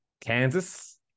kansas